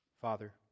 Father